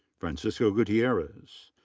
francisco gutierrez.